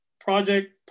Project